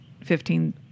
fifteen